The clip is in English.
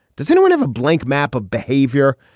does anyone have a blank map of behavior?